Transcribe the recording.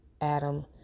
Adam